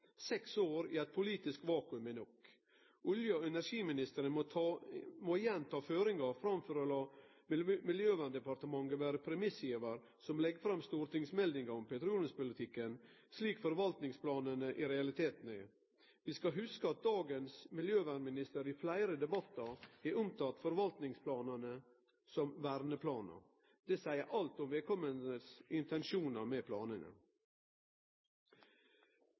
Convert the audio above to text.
Seks år i eit politisk vakuum er nok. Olje- og energiministeren må igjen ta føringa, framfor å late Miljøverndepartementet vere premissgivar og leggje fram stortingsmeldingar om petroleumspolitikken, som forvaltingsplanane i realiteten er. Vi skal hugse at dagens miljøvernminister i fleire debattar har omtalt forvaltingsplanane som «verneplanar». Det seier alt om vedkomandes intensjonar med